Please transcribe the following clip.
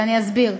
ואני אסביר: